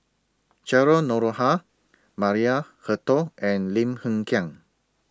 Cheryl Noronha Maria Hertogh and Lim Hng Kiang